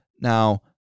Now